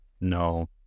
No